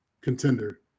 contender